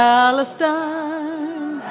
Palestine